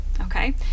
Okay